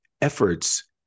efforts